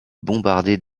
bombarder